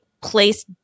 place